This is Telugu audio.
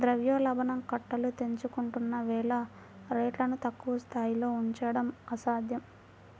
ద్రవ్యోల్బణం కట్టలు తెంచుకుంటున్న వేళ రేట్లను తక్కువ స్థాయిలో ఉంచడం అసాధ్యం